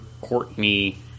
Courtney